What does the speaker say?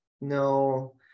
No